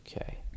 Okay